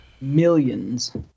millions